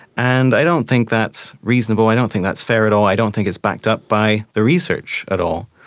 and i don't think that's reasonable, i don't think that's fair at all, i don't think it's backed up by the research at all.